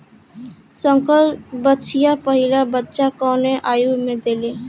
संकर बछिया पहिला बच्चा कवने आयु में देले?